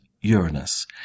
Uranus